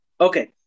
Okay